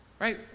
right